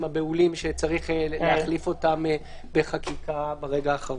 הבהולים שצריך להחליף אותם בחקיקה ברגע האחרון.